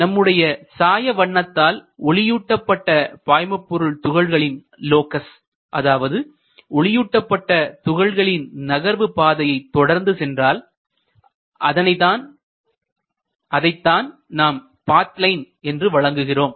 நம்முடைய சாய வண்ணத்தால் ஒளியூட்டப்பட்ட பாய்மபொருள் துகள்களின் லோக்கஸ் அதாவது ஒளியூட்டப்பட்ட துகள்களின் நகர்வு பாதையை தொடர்ந்து சென்றால் அதனை தான் நாம் பாத் லைன் என்று வழங்குகிறோம்